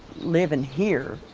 living here,